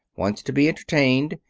wants to be entertained.